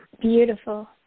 Beautiful